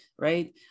right